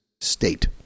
state